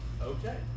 okay